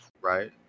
Right